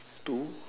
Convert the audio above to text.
two